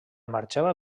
marxava